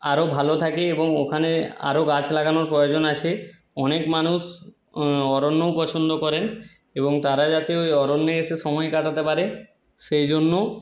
আরও ভালো থাকে এবং ওখানে আরও গাছ লাগানোর প্রয়োজন আছে অনেক মানুষ অরণ্যও পছন্দ করেন এবং তারা যাতে ওই অরণ্যে এসে সময় কাটাতে পারে সেই জন্য